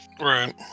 Right